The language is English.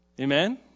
Amen